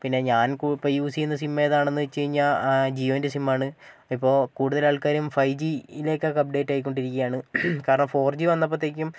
പിന്നെ ഞാൻ ഇപ്പോൾ യൂസ് ചെയ്യുന്ന സിം ഏതാണെന്ന് വെച്ച് കഴിഞ്ഞാൽ ജിയോന്റെ സിമ്മാണ് ഇപ്പോൾ കൂടുതൽ ആൾക്കാരും ഫൈ ജിലേക്കൊക്കെ അപ്ടേറ്റായിക്കൊണ്ടിരിക്കുകയാണ് കാരണം ഫോർ ജി വന്നപ്പോഴത്തേക്കും